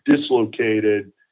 dislocated